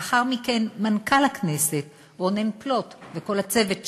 לאחר מכן מנכ"ל הכנסת רונן פלוט וכל הצוות שלו,